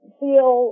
feel